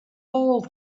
all